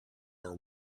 are